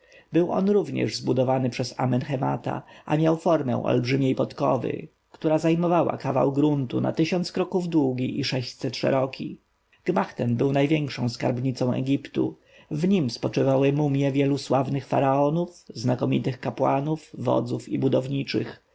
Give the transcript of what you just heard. był on również zbudowany przez amenhemata a miał formę olbrzymiej podkowy która zajmowała kawał gruntu na tysiąc kroków długi i sześćset szeroki gmach ten był największą skarbnicą egiptu w nim spoczywały mumje wielu sławnych faraonów znakomitych kapłanów wodzów i budowniczych